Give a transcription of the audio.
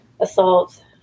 assault